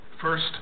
First